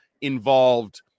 involved